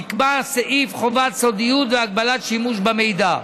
נקבע סעיף חובת סודיות והגבלת שימוש במידע.